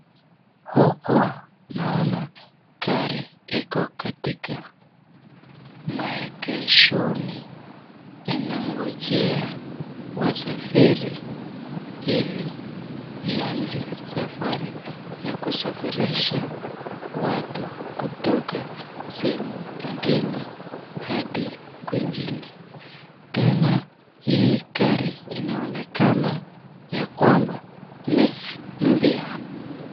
Huku naona gari iko katika maegeshoni inangojea wasafiri ili ianze safari ya kusafirisha watu kutoka sehemu ingine hadi kwingine. Tena hii gari inaonekana ya kwamba ni mpya.